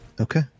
Okay